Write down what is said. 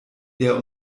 der